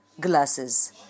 glasses